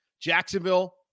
Jacksonville